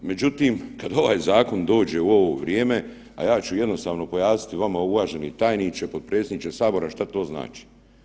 Međutim, kad ovaj zakon dođe u ovo vrijeme, a ja ću jednostavno pojasniti vama uvaženi tajniče, potpredsjedniče sabora šta to znači.